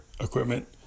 equipment